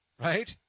Right